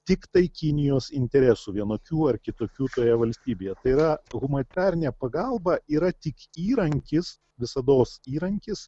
tiktai kinijos interesų vienokių ar kitokių toje valstybėje tai yra humanitarinė pagalba yra tik įrankis visados įrankis